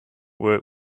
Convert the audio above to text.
work